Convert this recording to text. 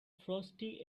frosty